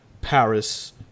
Paris